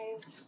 guys